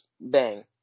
bang